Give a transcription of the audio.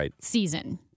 season